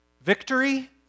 victory